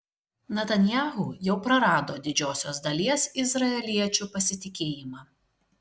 netanyahu jau prarado didžiosios dalies izraeliečių pasitikėjimą